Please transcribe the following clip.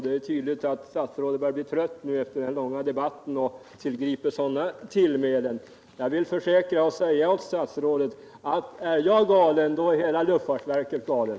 Det är tydligt att statsrådet nu börjar bli trött efter den långa debatten, eftersom han tillgriper sådana tillmälen. Jag kan försäkra statsrådet att är jag galen, då är hela luftfartsverket galet.